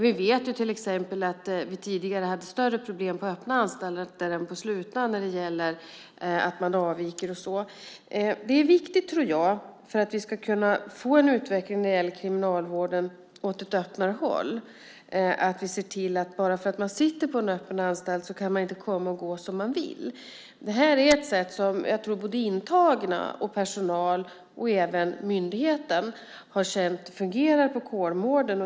Vi vet till exempel att vi tidigare hade större problem på öppna anstalter än på slutna när det gäller att man avviker och så vidare. Om vi ska kunna få en utveckling i kriminalvården mot ett öppnare håll är det viktigt att vi ser till att man inte kan komma och gå som man vill bara för att man sitter på en öppen anstalt. Det här är ett sätt som jag tror att både intagna, personal och även myndigheten har känt fungerar på Kolmården.